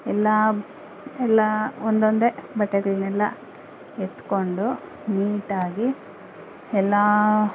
ಎಲ್ಲ ಎಲ್ಲ ಒಂದೊಂದೇ ಬಟ್ಟೆಗಳನೆಲ್ಲ ಎತ್ಕೊಂಡು ನೀಟಾಗಿ ಎಲ್ಲ